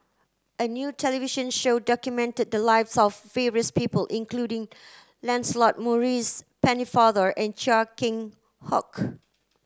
a new television show documented the lives of various people including Lancelot Maurice Pennefather and Chia Keng Hock